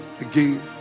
again